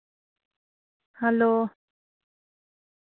hello